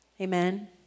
amen